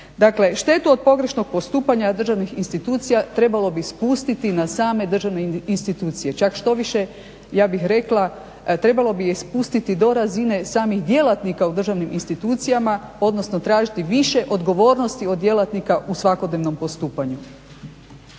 štetu od pogrešnog postupanja od državnih institucija trebalo bi spustiti na same državne institucije, čak štoviše ja bih rekla, trebalo bi je spustiti do razine samih djelatnika u državnim institucijama, odnosno tražiti više odgovornosti od djelatnika u svakodnevnom postupanju.